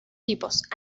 tipos